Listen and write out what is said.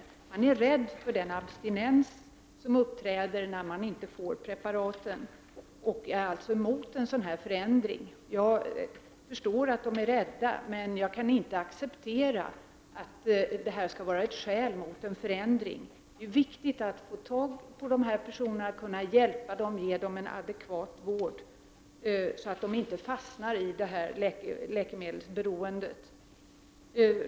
Dessa personer är rädda för den abstinens som uppträder när de inte får preparaten, och de är därför emot en förändring av detta slag. Jag förstår att de är rädda, men jag kan inte acceptera att detta skulle vara ett skäl som talar emot en förändring. Det är viktigt att få tag på dessa personer, att hjälpa dem och ge dem en adekvat vård, så att de inte fastnar i läkemedelsberoendet.